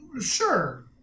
sure